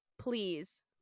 Please